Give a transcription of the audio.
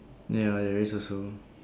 ya there is also